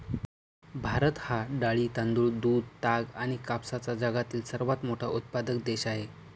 भारत हा डाळी, तांदूळ, दूध, ताग आणि कापसाचा जगातील सर्वात मोठा उत्पादक देश आहे